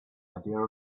idea